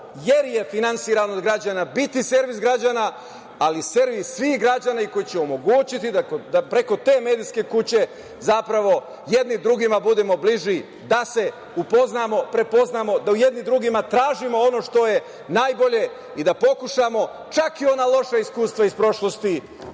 jer je finansiran od građana, biti servis građana, ali servis svih građana i koji će omogućiti da preko te medijske kuće, zapravo, jedni drugima budemo bliži, da se upoznamo, prepoznamo, da jedni u drugima tražimo ono što je najbolje i da pokušamo čak i ona loša iskustva iz prošlosti